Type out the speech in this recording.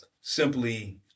simply